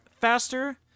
faster